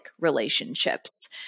relationships